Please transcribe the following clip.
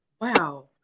Wow